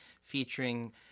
featuring